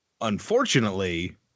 unfortunately